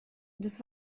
des